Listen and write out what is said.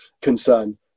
concern